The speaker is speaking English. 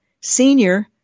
senior